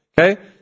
okay